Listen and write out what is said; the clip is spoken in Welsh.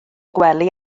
gwely